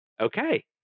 Okay